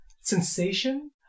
sensation